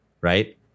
right